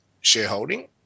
shareholding